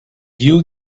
you